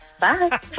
Bye